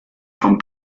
vom